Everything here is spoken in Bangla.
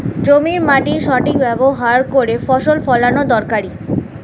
জমির মাটির সঠিক ব্যবহার করে ফসল ফলানো দরকারি